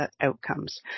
outcomes